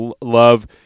love